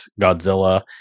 Godzilla